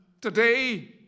Today